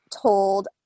told